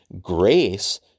Grace